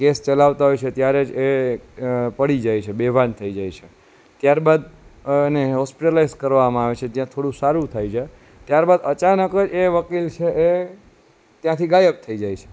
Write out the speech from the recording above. case ચલાવતા હોય છે ત્યારે જ એ પડી જાય છે બેભાન થઈ જાય છે ત્યારબાદ અને હોસ્પિટલાઇઝ કરવામાં આવે છે જ્યાં થોડું સારું થાય છે ત્યારબાદ અચાનક જ વકીલ છે એ ત્યાંથી ગાયબ થઈ જાય છે